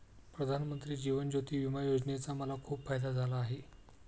प्रधानमंत्री जीवन ज्योती विमा योजनेचा मला खूप फायदा झाला आहे